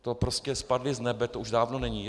To prostě spadli s nebe, to už dávno není.